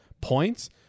points